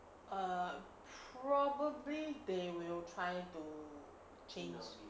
err probably they will try to change